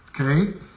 Okay